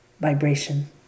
vibration